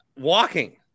walking